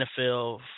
NFL